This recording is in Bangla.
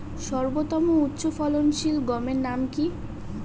সর্বতম উচ্চ ফলনশীল গমের নাম কি?